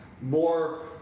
more